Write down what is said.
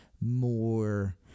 more –